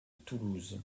toulouse